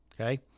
okay